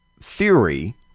theory